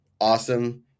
awesome